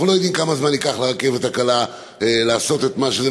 אנחנו לא יודעים כמה זמן ייקח לרכבת הקלה לעשות את זה,